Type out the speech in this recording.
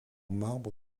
marbre